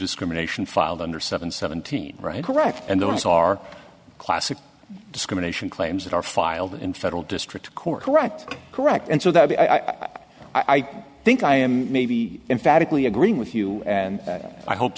discrimination filed under seven seventeen right correct and those are classic discrimination claims that are filed in federal district court correct correct and so that i am i think i am maybe emphatically agreeing with you and i hope